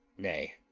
nay,